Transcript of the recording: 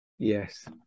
yes